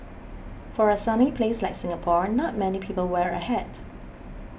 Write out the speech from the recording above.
for a sunny place like Singapore not many people wear a hat